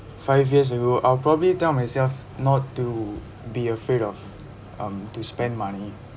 five years ago I'll probably tell myself not to be afraid of um to spend money